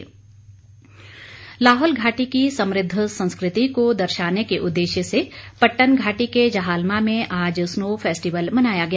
snow festival Lahaul घाटी की समृद्ध संस्कृति को दर्शाने के उद्देश्य से पट्टन घाटी के जहालमा में आज स्नो फेस्टिवल मनाया गया